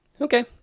Okay